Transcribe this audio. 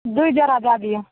दुइ जोड़ा दै दिऔ